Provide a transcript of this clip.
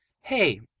Hey